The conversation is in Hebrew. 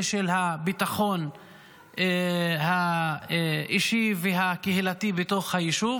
של הביטחון האישי והקהילתי בתוך היישוב,